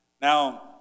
Now